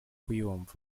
kuyumva